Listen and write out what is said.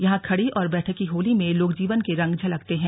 यहां खड़ी और बैठकी होली में लोक जीवन के रंग झलकते हैं